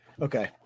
Okay